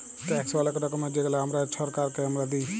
tax অলেক রকমের যেগলা আমরা ছরকারকে আমরা দিঁই